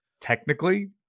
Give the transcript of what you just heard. technically